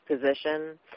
position